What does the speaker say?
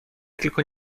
tylko